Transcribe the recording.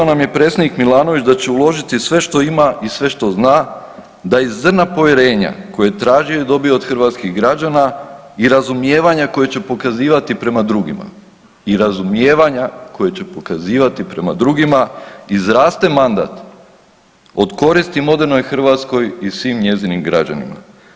Obećao nam je predsjednik Milanović da će uložiti sve što ima i sve što zna da iz zrna povjerenja koje je tražio i dobio od hrvatskih građana i razumijevanja koje će pokazivati prema drugima i razumijevanja koja će pokazivati prema drugima izraste mandat od koristi modernoj Hrvatskoj i svim njezinim građanima.